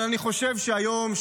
אבל אני חושב שהיום,